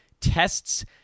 tests